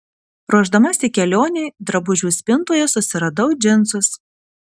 ruošdamasi kelionei drabužių spintoje susiradau džinsus